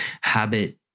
habit